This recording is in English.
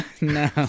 no